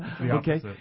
Okay